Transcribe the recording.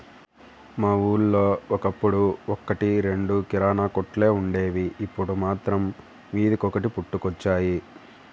మా ఊళ్ళో ఒకప్పుడు ఒక్కటి రెండు కిరాణా కొట్లే వుండేవి, ఇప్పుడు మాత్రం వీధికొకటి పుట్టుకొచ్చాయి